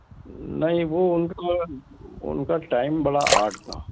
नहीं वो उनका उनका टाइम बड़ा आड था